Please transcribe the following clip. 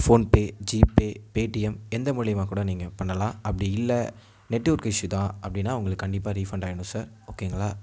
phone பே GPay Paytm எந்த மூலியமாக கூட நீங்கள் பண்ணலாம் அப்படி இல்லை நெட்ஒர்க் இஸ்யுதான் அப்படினா உங்களுக்கு கண்டிப்பாக ரீஃபண்ட் ஆயிடும் சார் ஓகேங்களா